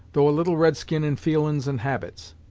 though a little red-skin in feelin's and habits.